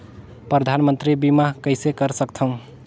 परधानमंतरी बीमा कइसे कर सकथव?